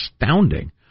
astounding